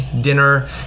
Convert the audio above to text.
dinner